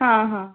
ಹಾಂ ಹಾಂ